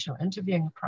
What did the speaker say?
interviewing